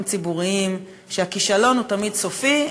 ציבוריים: שהכישלון הוא תמיד סופי,